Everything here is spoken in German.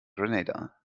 grenada